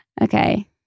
Okay